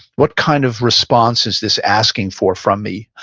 what kind of response is this asking for from me?